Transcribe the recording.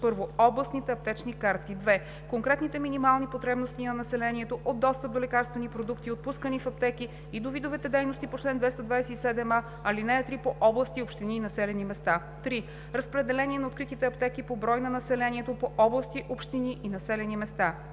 1. областните аптечни карти; 2. конкретните минимални потребности на населението от достъп до лекарствени продукти, отпускани в аптеки, и до видовете дейности по чл. 227а, ал. 3 по области, общини и населени места; 3. разпределение на откритите аптеки по брой на населението по области, общини и населени места;